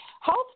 health